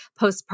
postpartum